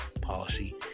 policy